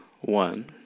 one